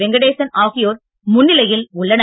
வெங்கடேசன் ஆகியோர் முன்னிலையில் உள்ளனர்